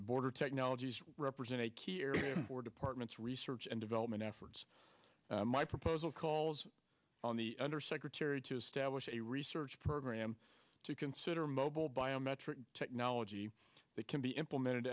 that border technologies represent a key area for departments research and development efforts my proposal calls on the under secretary to establish a research program to consider mobile biometric technology that can be implemented